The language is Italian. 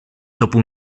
dopo